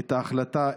את ההחלטה,